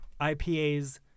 IPAs